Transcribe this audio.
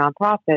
nonprofit